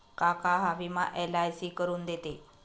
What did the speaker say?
काका हा विमा एल.आय.सी करून देते